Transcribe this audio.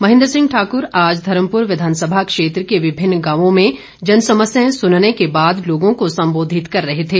महेन्द्र सिंह ठाकर आज धर्मपुर विधानसभा क्षेत्र के विभिन्न गांवों में जनसमस्याएं सुनने के बाद लोगों को संबोधित कर रहे थें